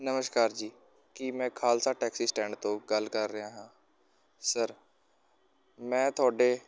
ਨਮਸ਼ਕਾਰ ਜੀ ਕੀ ਮੈਂ ਖਾਲਸਾ ਟੈਕਸੀ ਸਟੈਂਡ ਤੋਂ ਗੱਲ ਕਰ ਰਿਹਾ ਹਾਂ ਸਰ ਮੈਂ ਤੁਹਾਡੇ